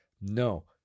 No